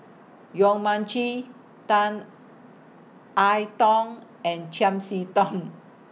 Yong Mun Chee Tan I Tong and Chiam See Tong